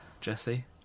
Jesse